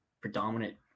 predominant